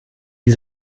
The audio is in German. die